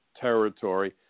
territory